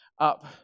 up